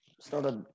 started